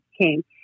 came